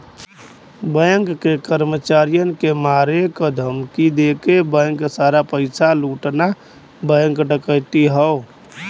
bank के कर्मचारियन के मारे क धमकी देके बैंक सारा पइसा लूटना बैंक डकैती हौ